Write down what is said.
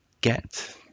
get